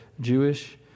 Jewish